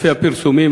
לפי הפרסומים,